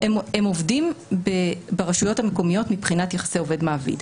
הם עובדים ברשויות המקומיות מבחינת יחסי עובד-מעביד.